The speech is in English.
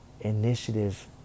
initiative